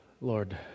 Lord